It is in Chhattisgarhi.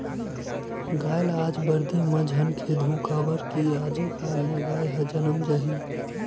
गाय ल आज बरदी म झन खेदहूँ काबर कि आजे कल म गाय ह जनम जाही